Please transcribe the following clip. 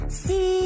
See